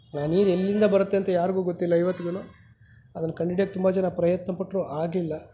ಆ ನೀರು ಎಲ್ಲಿಂದ ಬರುತ್ತೆ ಅಂತ ಯಾರಿಗೂ ಗೊತ್ತಿಲ್ಲ ಇವತ್ಗೂ ಅದನ್ನು ಕಂಡು ಹಿಡಿಯಕ್ಕೆ ತುಂಬ ಜನ ಪ್ರಯತ್ನ ಪಟ್ಟರೂ ಆಗಿಲ್ಲ